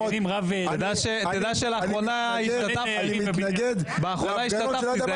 אני מתנגד להפגנות ליד הבית שלך.